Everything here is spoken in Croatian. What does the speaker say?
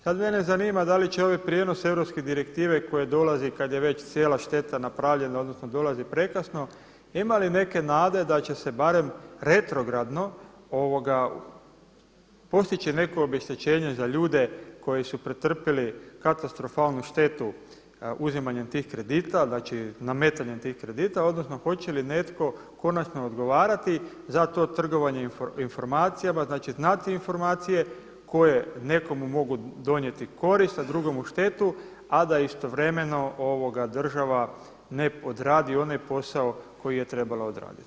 Sada mene zanima da li će ovaj prijenos europske direktive koje dolazi kada je već cijela šteta napravljena odnosno dolazi prekasno, ima li neke nade da će se barem retrogradno postići neko obeštećenje za ljude koji su pretrpili katastrofalnu štetu uzimanjem tih kredita, znači nametanjem tih kredita odnosno hoće li netko konačno odgovarati za to trgovanje informacijama, da će znati informacije koje nekomu mogu donijeti korist, a drugomu štetu, a da istovremeno država ne odradi onaj posao koji je trebala odraditi?